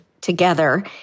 together